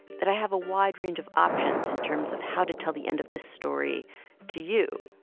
that i have a wide range of options in terms of how to tell the end of this story to you.